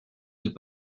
ils